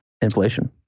inflation